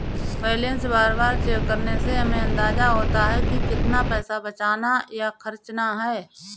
balance बार बार check करने से हमे अंदाज़ा होता है की कितना पैसा बचाना या खर्चना है